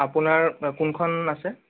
আপোনাৰ কোনখন আছে